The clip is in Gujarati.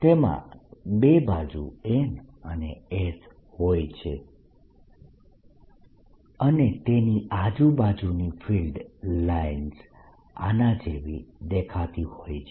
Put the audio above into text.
તેમાં બે બાજુ N અને S હોય છે અને તેની આજુબાજુની ફિલ્ડ લાઇન્સ આના જેવી દેખાતી હોય છે